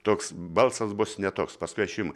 toks balsas bus ne toks paskui aš jum